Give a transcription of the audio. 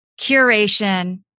curation